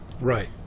right